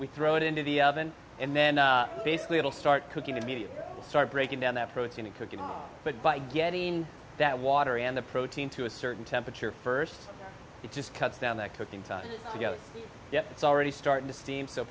we throw it into the and then basically it'll start cooking immediately start breaking down that protein and cooking it but by getting that water and the protein to a certain temperature first it just cuts down that cooking time to go yet it's already started to steam so